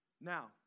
Now